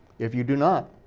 if you do not,